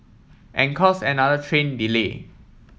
and cause another train delay